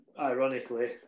ironically